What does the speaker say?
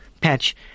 patch